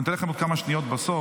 אני נותן להם עוד כמה שניות בסוף,